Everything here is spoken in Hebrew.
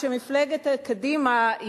כשמפלגת קדימה,